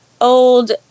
old